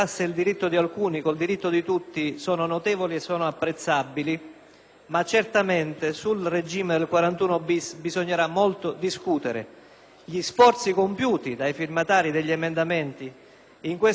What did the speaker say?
ma certamente sul regime di cui all'articolo 41-*bis* bisognerà molto discutere. Gli sforzi compiuti dai firmatari degli emendamenti in questo senso sono altrettanto apprezzabili ed importanti, ma nessuno